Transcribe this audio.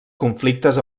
conflictes